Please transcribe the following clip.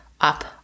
up